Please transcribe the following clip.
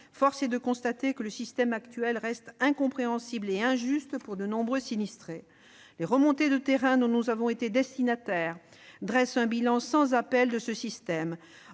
force est de constater que le système actuel reste incompréhensible et injuste pour de nombreux sinistrés. Les remontées d'informations émanant du terrain dont nous avons été destinataires dressent un bilan sans appel de ce système